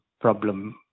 problem